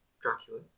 Dracula